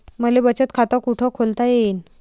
मले बचत खाते कुठ खोलता येईन?